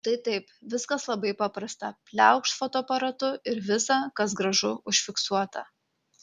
štai taip viskas labai paprasta pliaukšt fotoaparatu ir visa kas gražu užfiksuota